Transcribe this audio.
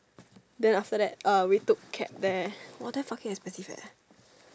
then after that uh we took cab there !wah! damn fucking expensive eh